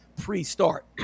pre-start